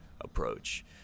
approach